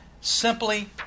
simply